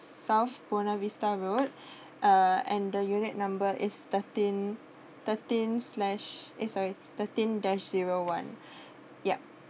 south Buona Vista road (uh)and the unit number is thirteen thirteen slash eh sorry it's thirteen dash zero one yup